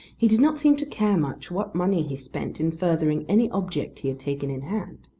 he did not seem to care much what money he spent in furthering any object he had taken in hand.